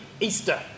Easter